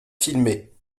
filmée